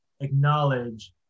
acknowledge